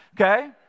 okay